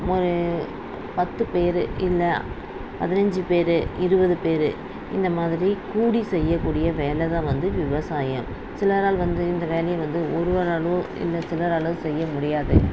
ஒரு பத்து பேர் இல்லை பதினஞ்சு பேர் இருபது பேர் இந்தமாதிரி கூடி செய்ய கூடிய வேலைதான் வந்து விவசாயம் சில நாள் வந்து இந்த வேலையை வந்து ஒருவராலோ இல்லை சிலராலோ செய்ய முடியாது